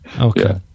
Okay